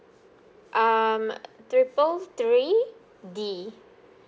um triple three D